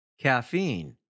Caffeine